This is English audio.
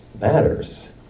matters